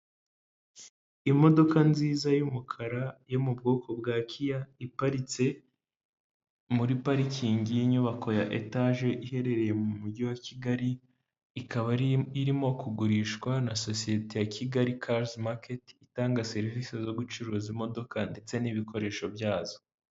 Imodoka nziza y'umukara yo mu bwoko bwa kiya iparitse muri parikingi y'inyubako ya etaje iherereye mu mujyi wa Kigali, ikaba irimo kugurishwa na sosiyete ya Kigali cars market, itanga serivisi zo gucuruza imodoka ndetse n'ibikoresho byazo.